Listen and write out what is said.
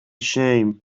shame